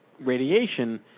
radiation